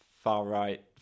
far-right